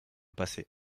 passé